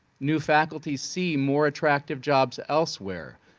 new faculty see more attractive jobs elsewhere.